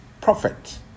prophet